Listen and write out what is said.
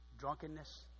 Drunkenness